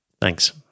Thanks